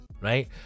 right